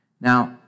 Now